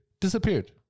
disappeared